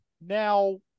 now